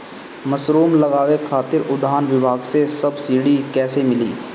Mushroom लगावे खातिर उद्यान विभाग से सब्सिडी कैसे मिली?